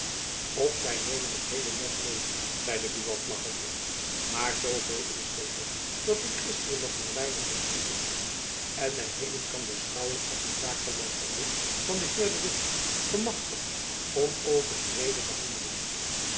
of zy nemen het heele net meê zeide buat lachende maar zoo veel is zeker dat ik gisteren nog maar weinig had in te brengen en my heden jacob van lennep elizabeth musch kan beschouwen als een zaakgelastigde van den heer de witt gemachtigd om over den vrede te handelen